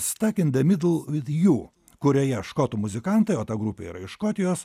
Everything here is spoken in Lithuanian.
stuck in the middle with you kurioje škotų muzikantai o ta grupė yra iš škotijos